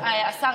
השר,